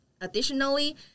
Additionally